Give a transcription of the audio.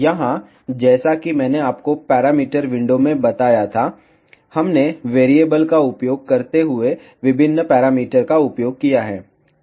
यहां जैसा कि मैंने आपको पैरामीटर विंडो में बताया था हमने वेरिएबल का उपयोग करते हुए विभिन्न पैरामीटर का उपयोग किया है